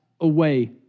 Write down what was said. away